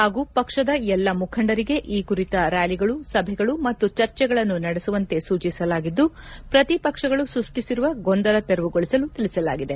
ಹಾಗೂ ಪಕ್ಷದ ಎಲ್ಲ ಮುಖಂಡರಿಗೆ ಈ ಕುರಿತ ರ್ಕಾಲಿಗಳು ಸಭೆಗಳು ಮತ್ತು ಚರ್ಚಿಗಳನ್ನು ನಡೆಸುವಂತೆ ಸೂಚಿಸಲಾಗಿದ್ದು ಪ್ರತಿಪಕ್ಷಗಳು ಸೃಷ್ಟಿಸಿರುವ ಗೊಂದಲ ತೆರವುಗೊಳಿಸಲು ತಿಳಿಸಲಾಗಿದೆ